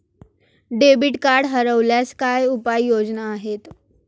Debit card हरवल्यास काय उपाय योजना आहेत?